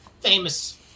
famous